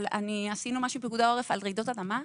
אבל עשינו משהו עם פיקוד העורף על רעידות אדמה,